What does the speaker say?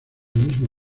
mismo